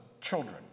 children